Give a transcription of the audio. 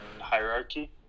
hierarchy